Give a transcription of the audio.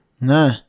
No